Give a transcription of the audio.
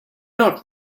not